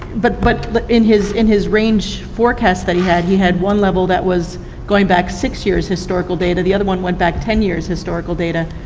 but but in his in his range forecast that he had, he had one level that was going back six years historical data, the other one went back ten years historical data,